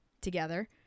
together